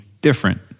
different